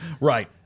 Right